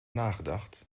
nagedacht